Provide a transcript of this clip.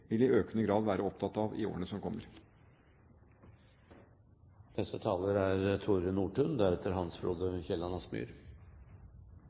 vil være ressursbesparende. Det tror jeg alle regjeringer i økende grad vil være opptatt av i årene som kommer.